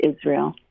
Israel